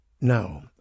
Now